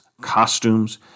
costumes